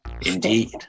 Indeed